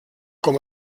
com